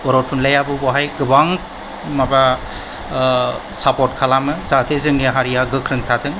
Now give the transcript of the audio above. बर' थुनलाइयाबो बावहाय गोबां माबा साप'र्ट खालामो जाहाथे जोंनि बर' हारिया गोख्रों थाथों